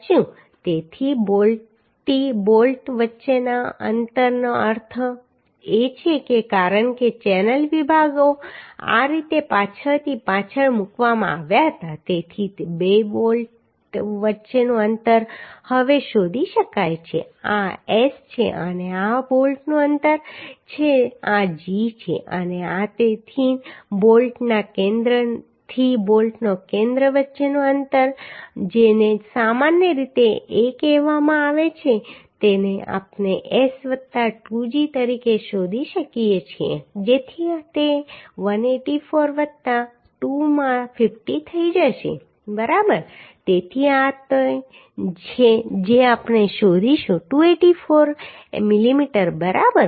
તેથી બોલ્ટથી બોલ્ટ વચ્ચેના અંતરનો અર્થ છે કારણ કે ચેનલ વિભાગો આ રીતે પાછળથી પાછળ મૂકવામાં આવ્યા હતા તેથી બે બોલ્ટ વચ્ચેનું અંતર હવે શોધી શકાય છે આ S છે અને આ બોલ્ટનું અંતર છે આ g છે અને તેથી બોલ્ટના કેન્દ્રથી બોલ્ટના કેન્દ્ર વચ્ચેનું અંતર જેને સામાન્ય રીતે a કહેવામાં આવે છે તેને આપણે S વત્તા 2g તરીકે શોધી શકીએ છીએ જેથી તે 184 વત્તા 2 માં 50 થઈ જશે બરાબર તેથી આ તે છે જે આપણે શોધીશું 284 mm બરાબર